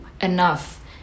enough